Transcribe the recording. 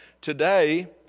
today